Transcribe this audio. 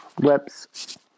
Whoops